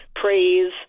praise